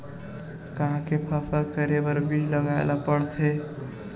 का के फसल करे बर बीज लगाए ला पड़थे?